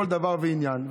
בכל דבר ועניין,